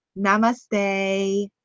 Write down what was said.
Namaste